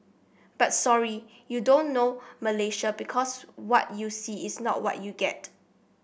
but sorry you don't know Malaysia because what you see is not what you get